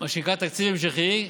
מה שנקרא תקציב המשכי,